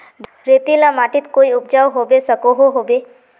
रेतीला माटित कोई उपजाऊ होबे सकोहो होबे?